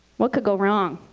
what could go wrong?